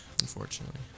unfortunately